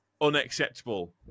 unacceptable